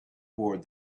bored